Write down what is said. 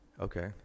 Okay